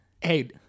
Hey